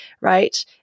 right